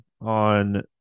on